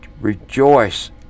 rejoice